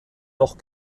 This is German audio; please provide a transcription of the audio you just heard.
noch